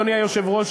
אדוני היושב-ראש,